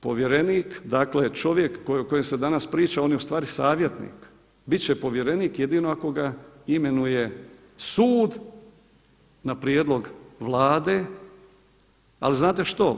Povjerenik, dakle čovjek o kojem se danas priča on je ustvari savjetnik, biti će povjerenik jedino ako ga imenuje sud na prijedlog Vlade, ali znate što?